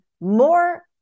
more